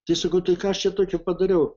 tai sakau tai ką aš čia tokio padariau